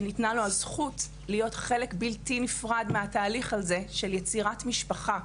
שניתנה לו הזכות להיות חלק בלתי נפרד מהתהליך הזה של יצירת משפחה,